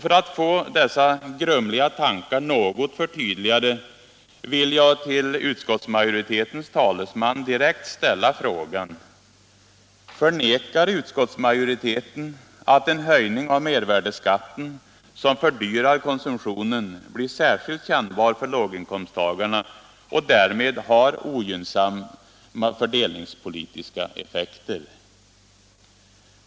För att få dessa grumliga tankar något förtydligade vill jag till utskottsmajoritetens talesman direkt ställa frågan: Förnekar utskottsmajoriteten att en höjning av mervärdeskatten, som fördyrar konsumtionen, blir särskilt kännbar för låginkomsttagarna och därmed har ogynnsamma fördelningspolitiska effekter?